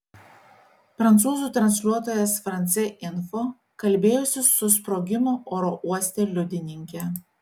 prancūzų transliuotojas france info kalbėjosi su sprogimo oro uoste liudininke